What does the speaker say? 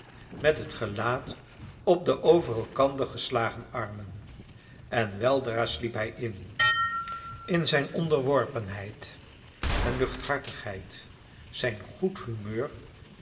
met het gelaat op de over elkander geslagen armen en weldra sliep hij in in zijn onderworpenheid en luchthartigheici zijn goed humeur